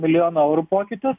milijono eurų pokytis